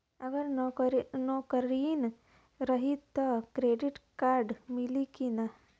अगर नौकरीन रही त क्रेडिट कार्ड मिली कि ना?